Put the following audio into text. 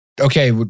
Okay